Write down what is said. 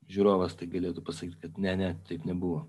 žiūrovas tai galėtų pasakyt kad ne ne taip nebuvo